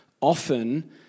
often